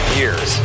years